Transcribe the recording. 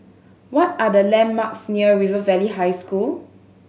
what are the landmarks near River Valley High School